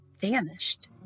vanished